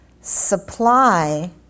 supply